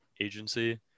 agency